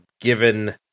given